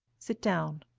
sit down.